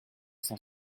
cent